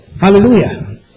Hallelujah